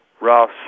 Ross